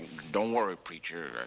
don't worry, preacher.